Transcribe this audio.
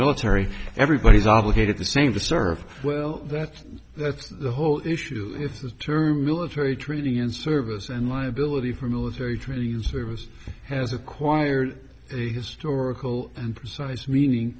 military everybody's obligated the same to serve well that's that's the whole issue if the term military training in service and liability for military drills service has acquired a historical and size meaning